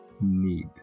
need